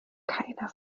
keiner